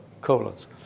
colons